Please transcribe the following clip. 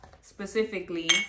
specifically